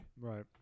Right